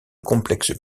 complexes